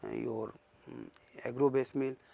ah your agro base mill.